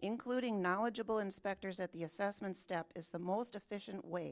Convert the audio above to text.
including knowledgeable inspectors at the assessment step is the most efficient way